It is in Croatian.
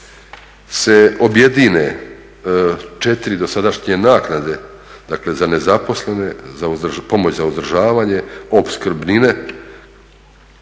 se objedine 4 dosadašnje naknade, dakle za nezaposlene, pomoć za uzdržavanje, opskrbnine